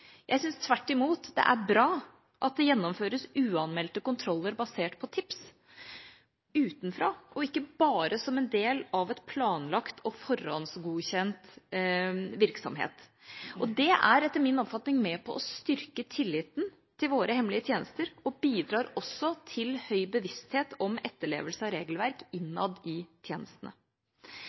Jeg syns tvert imot at det er bra at det gjennomføres uanmeldte kontroller basert på tips utenfra og ikke bare som en del av en planlagt og forhåndsgodkjent virksomhet. Det er etter min oppfatning med på å styrke tilliten til våre hemmelige tjenester og bidrar også til høy bevissthet om etterlevelse av regelverk innad i tjenestene.